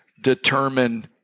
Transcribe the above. determine